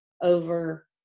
over